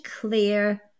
clear